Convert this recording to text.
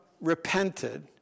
repented